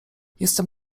jestem